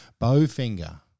Bowfinger